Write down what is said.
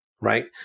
right